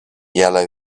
yellow